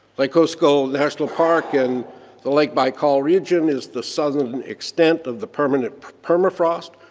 lake hovsgol national park and the lake baikal region is the southern extent of the permanent permafrost,